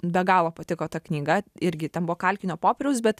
be galo patiko ta knyga irgi ten buvo kalkinio popieriaus bet